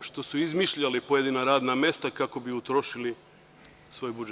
što su izmišljali pojedina radna mesta kako bi utrošili svoj budžet.